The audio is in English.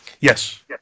Yes